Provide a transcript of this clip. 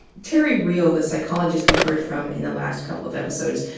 terry real, the psychologist we heard from in the last couple of episodes,